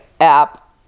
app